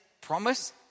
promise